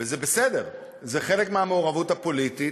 וזה בסדר, זה חלק מהמעורבות הפוליטית,